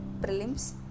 prelims